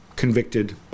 convicted